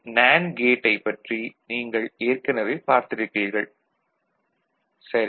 NAND கேட்டைப் பற்றி நீங்கள் ஏற்கனவே பார்த்திருக்கிறீர்கள் சரி